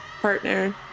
partner